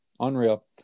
Unreal